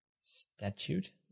Statute